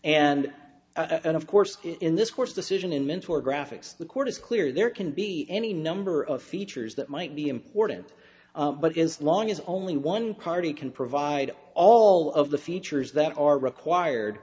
and and of course in this course decision in mentor graphics the court is clear there can be any number of features that might be important but as long as only one party can provide all of the features that are required